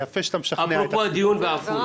אפרופו הדיון בעפולה.